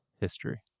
history